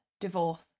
divorce